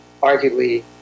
arguably